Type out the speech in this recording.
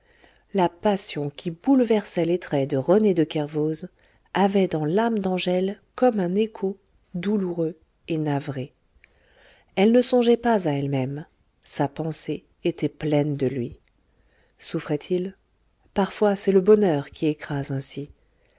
la passion qui bouleversait les traits de rené de kervoz avait dans l'âme d'angèle comme un écho douloureux et navré elle ne songeait pas à elle-même sa pensée était pleine de lui souffrait il parfois c'est le bonheur qui écrase ainsi